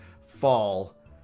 fall